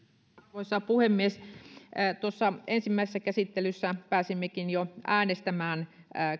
arvoisa puhemies ensimmäisessä käsittelyssä pääsimmekin jo äänestämään